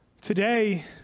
Today